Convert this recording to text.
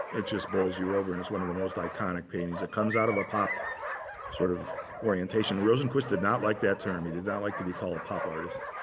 it just bowls you over, and it's one of the most iconic paintings. it comes out of a pop sort of orientation. rosenquist did not like that term. he did not like to be called a pop artist.